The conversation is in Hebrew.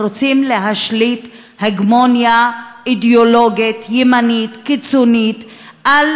הם רוצים להשליט הגמוניה אידיאולוגית ימנית קיצונית על